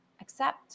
accept